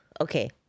okay